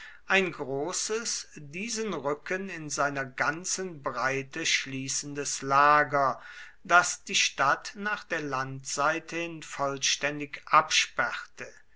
ein großes diesen rücken in seiner ganzen breite schließendes lager das die stadt nach der landseite hin vollständig absperrte